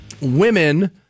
women